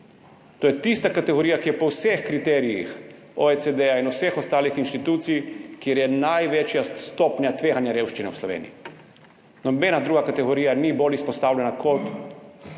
To je tista kategorija, pri kateri je po vseh kriterijih OECD in vseh ostalih institucij največja stopnja tveganja revščine v Sloveniji, nobena druga kategorija ni bolj izpostavljena kot